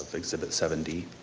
exhibit seven d.